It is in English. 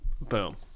Boom